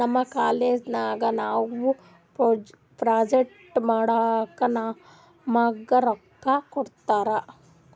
ನಮ್ ಕಾಲೇಜ್ ನಾಗ್ ನಾವು ಪ್ರೊಜೆಕ್ಟ್ ಮಾಡ್ಲಕ್ ನಮುಗಾ ರೊಕ್ಕಾ ಕೋಟ್ಟಿರು